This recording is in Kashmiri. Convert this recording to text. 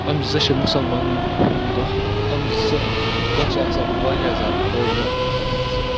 یِم زٕ چھِ مُسلمانَن ہِنٛدۍ دۄہ یِم زٕ دۄہ چھِ آسان واریاہ زیادٕ بٔڑۍ دۄہ زٕ